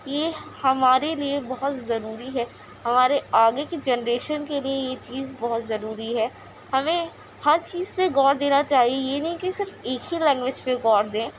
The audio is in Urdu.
یہ ہمارے لیے بہت ضروری ہے ہمارے آگے کی جنریشن کے لیے یہ چیز بہت ضروری ہے ہمیں ہر چیز پہ غور دینا چاہیے یہ نہیں کہ صرف ایک ہی لینگویج پہ غور دیں